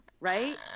right